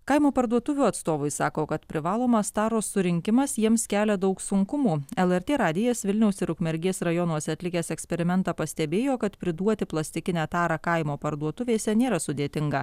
kaimo parduotuvių atstovai sako kad privalomas taros surinkimas jiems kelia daug sunkumų lrt radijas vilniaus ir ukmergės rajonuose atlikęs eksperimentą pastebėjo kad priduoti plastikinę tarą kaimo parduotuvėse nėra sudėtinga